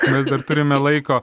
mes dar turime laiko